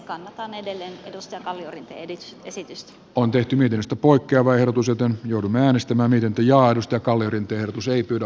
kannatan edelleen edustaja kalliorinteen esitystä on tehty videosta poikkeava erotus joten joudun äänestämään irti ja laadusta kalliorinteen otus ei pyydä